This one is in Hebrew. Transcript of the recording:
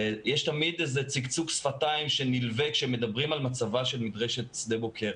יש תמיד איזה צקצוק שפתיים כשמדברים על מצבה של מדרשת שדה בוקר.